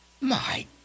My